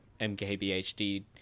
MKBHD